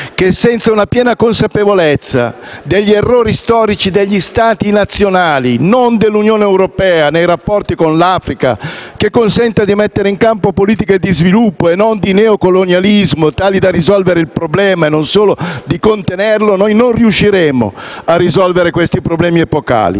che, senza una piena consapevolezza degli errori storici degli Stati nazionali (non dell'Unione europea) nei rapporti con l'Africa, che consenta di mettere in campo politiche di sviluppo e non di neocolonialismo, tali da risolvere il problema e non solo di contenerlo, noi non riusciremo a risolvere questi problemi epocali.